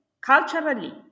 culturally